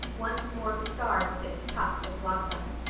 once more bestarred with its tufts of blossom.